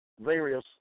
various